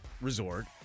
resort